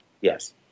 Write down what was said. Yes